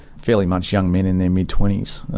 fairly much young men in their mid twenty s,